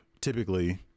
typically